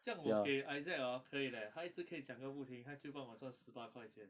这样我给 isaac hor 可以 leh 他一直可以讲的不停他就帮我赚十八块钱